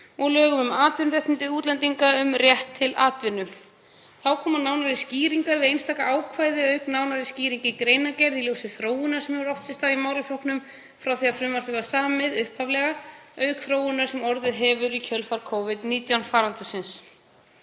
lögum um atvinnuréttindi útlendinga um rétt til atvinnu. Þá koma nánari skýringar við einstök ákvæði, auk nánari skýringa í greinargerð í ljósi þróunar sem hefur átt sér stað í málaflokknum frá því að frumvarpið var samið upphaflega, auk þróunar sem orðið hefur í kjölfar Covid-19 faraldursins.